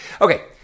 Okay